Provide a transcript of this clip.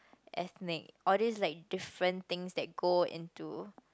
ethics all these like different things that go into